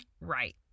Right